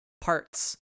parts